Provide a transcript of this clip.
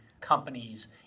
companies